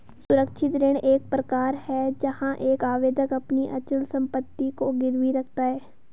सुरक्षित ऋण एक प्रकार है जहां एक आवेदक अपनी अचल संपत्ति को गिरवी रखता है